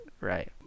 right